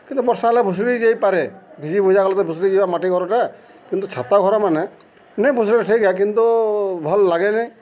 କିନ୍ତୁ ବର୍ଷା ହେଲେ ଭୁସୁ୍ଡ଼ି ଯାଇପାରେ ଭିଜି ଭୁଜା ଗଲେ ତ ଭୁସ୍ଡ଼ି ଯିବା ମାଟି ଘରଟା କିନ୍ତୁ ଛାତ ଘରମାନେ ନାଇ ଭୁସୁଡ଼ିବାଟା ଠିକ୍ ଏ କିନ୍ତୁ ଭଲ୍ ଲାଗେନି